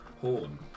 horn